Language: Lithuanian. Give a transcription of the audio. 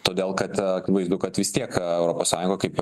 todėl kad akivaizdu kad vis tiek europos sąjungoj kaip